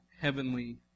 heavenly